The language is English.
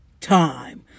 time